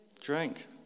Drink